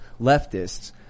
leftists